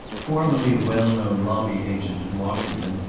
formerly a well-known lobby-agent in washington,